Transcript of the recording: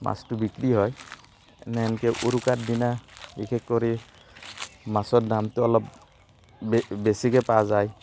মাছটো বিক্ৰী হয় এনেহেনকৈ উৰুকাৰ দিনা বিশেষকৰি মাছৰ দামটো অলপ বে বেছিকৈ পোৱা যায়